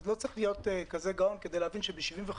צריך להיות כזה גאון כדי להבין שב-75%